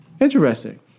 Interesting